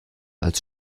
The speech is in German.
als